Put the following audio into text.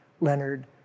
Leonard